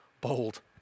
bold